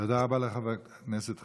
תודה רבה לחבר הכנסת חוג'יראת.